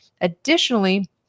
Additionally